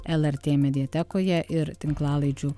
lrt mediatekoje ir tinklalaidžių